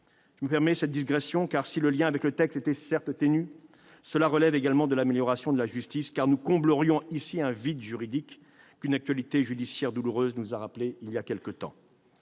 Je me permets cette digression, car, si le lien avec le texte est certes ténu, cette question relève également de l'amélioration de la justice. Nous comblerions ici un vide juridique qu'une actualité judiciaire douloureuse nous a rappelé il y a quelque temps.